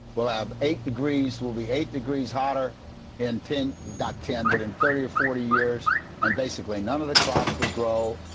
we'll have eight degrees. we'll be eight degrees hotter in ten, not ten but in thirty or forty years and basically none of the crops will grow.